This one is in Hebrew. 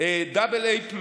AA+